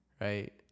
right